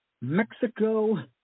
Mexico